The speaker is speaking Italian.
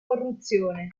corruzione